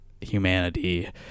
humanity